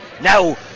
now